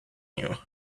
you